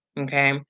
okay